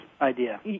idea